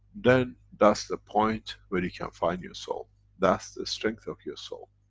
then that's the point where you can find your soul. that's the strength of your soul.